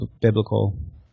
biblical